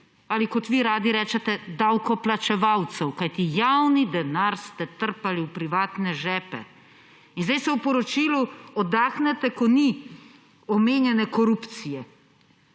ali kot vi radi rečete, davkoplačevalcev, kajti javni denar ste trpali v privatne žepe. Zdaj si oddahnete, ko v poročilu ni omenjene korupcije.